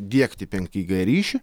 diegti penki g ryšį